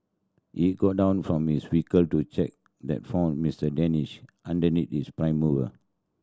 he got down from his vehicle to check and found Mister Danish underneath his prime mover